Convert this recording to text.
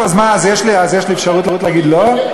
אז מה, אז לי יש אפשרות להגיד לא?